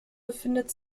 befindet